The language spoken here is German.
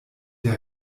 der